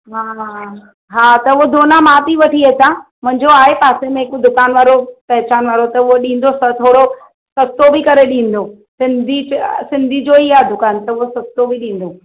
हा हा हा त उहे दोना मां थी वठी अचां मुंहिंजो आहे पासे में हिकु दुकानु वारो पहचान वारो त उहो ॾींदो थोरो सस्तो बि करे ॾींदो सिंधी सिंधी जो ई आहे दुकान त उहो सस्तो बि ॾींदो